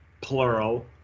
plural